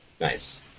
Nice